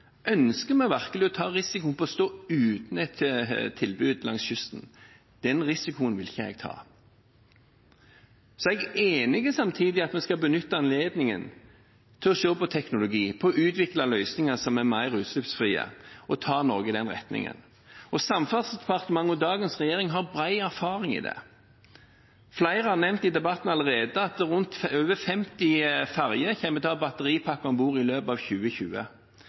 Ønsker vi virkelig å risikere å stå uten et tilbud langs kysten? Den risikoen vil ikke jeg ta. Jeg er samtidig enig i at vi skal benytte anledningen til å se på teknologien, til å utvikle løsninger som er mer utslippsfrie, og til å ta Norge i den retningen. Samferdselsdepartementet og dagens regjering har bred erfaring med det. Flere har allerede i debatten nevnt at over 50 ferger kommer til å ha batteripakke om bord i løpet av 2020.